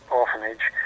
orphanage